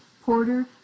Porter